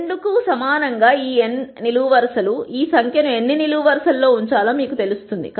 2 కి సమానమైన ఈ n నిలువు వరుసలు ఈ సంఖ్యను ఎన్ని నిలువు వరుసలలో ఉంచాలో మీకు తెలియజేస్తుంది